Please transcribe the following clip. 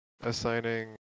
assigning